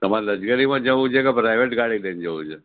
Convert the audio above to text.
તમારે લક્ઝરીમાં જવું છે કે પ્રાઇવેટ ગાડી લઈને જવું છે